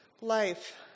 life